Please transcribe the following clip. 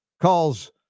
calls